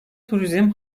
turizm